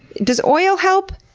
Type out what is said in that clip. does oil help?